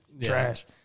trash